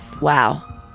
Wow